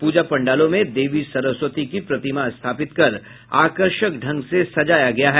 पूजा पंडालों में देवी सरस्वती की प्रतिमा स्थापित कर आकर्षक ढंग से सजाया गया है